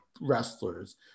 wrestlers